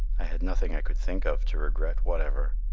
i had nothing i could think of to regret whatever.